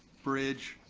bridge,